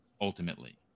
ultimately